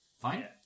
Fine